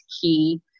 key